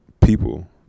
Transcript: people